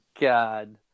God